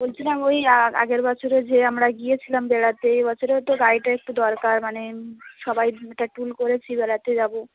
বলছিলাম ওই আগের বছরে যে আমরা গিয়েছিলাম বেড়াতে এ বছরেও তো গাড়িটা একটু দরকার মানে সবাই একটা টুর করেছি বেড়াতে যাবো